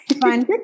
Fine